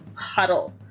puddle